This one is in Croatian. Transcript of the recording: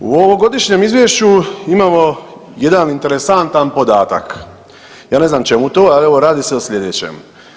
U ovogodišnjem izvješću imamo jedan interesantan podatak, ja ne znam čemu to, a evo radi se o slijedećem.